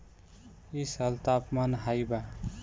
इ साल तापमान हाई बा